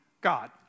God